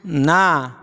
ନା